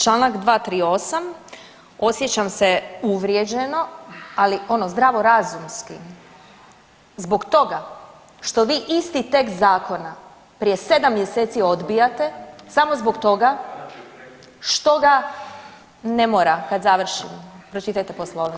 Članak 238. osjećam se uvrijeđeno, ali ono zdravo razumski zbog toga što vi isti tekst Zakona prije 7 mjeseci odbijate, samo zbog toga što ga … [[upadica, ne čuje se]] ne mora, kad završim, pročitajte Poslovnik.